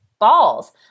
Balls